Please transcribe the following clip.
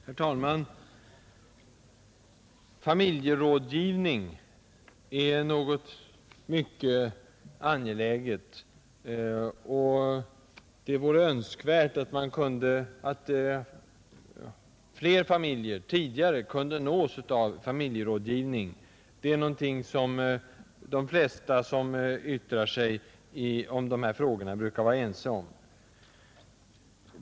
Herr talman! Familjerådgivning är något mycket angeläget, och det vore önskvärt att fler familjer kunde nås av en sådan. Det är någonting som de flesta som yttrar sig i dessa frågor brukar vara ense om.